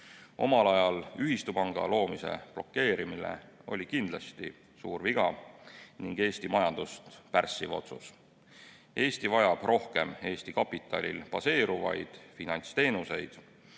Omal ajal ühistupanga loomise blokeerimine oli kindlasti suur viga ning Eesti majandust pärssiv otsus. Eesti vajab rohkem Eesti kapitalil baseeruvaid finantsteenuseid.